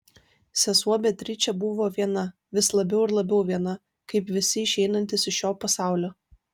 sesuo beatričė buvo viena vis labiau ir labiau viena kaip visi išeinantys iš šio pasaulio